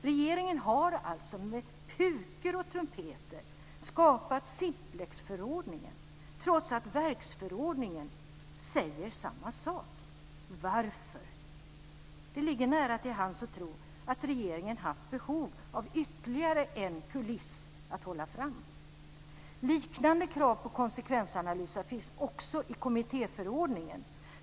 Regeringen har alltså med pukor och trumpeter skapat Simplexförordningen trots att verksförordningen säger samma sak. Varför? Det ligger nära till hands att tro att regeringen haft behov av ytterligare en kuliss att hålla fram. Liknande krav på konsekvensanalyser finns också i kommittéförordningen.